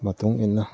ꯃꯇꯨꯡꯏꯟꯅ